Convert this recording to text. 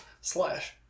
Slash